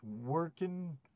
working